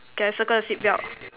K I circle the seat belt